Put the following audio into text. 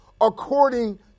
according